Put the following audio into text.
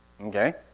okay